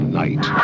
night